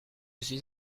suis